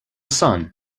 son